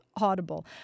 Audible